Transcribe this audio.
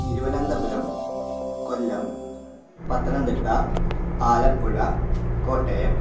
Thiruvananthapuram Kollam Pathanamthitta Palappuzha Kottayam